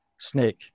snake